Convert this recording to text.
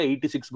86